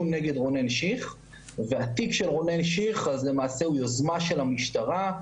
נגד רונן שיך והתיק של רונן שיך למעשה הוא יוזמה של המשטרה,